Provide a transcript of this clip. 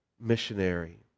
missionary